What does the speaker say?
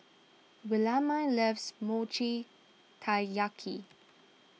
Williemae loves Mochi Taiyaki